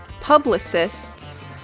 publicists